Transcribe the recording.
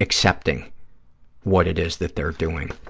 accepting what it is that they're doing,